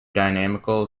dynamical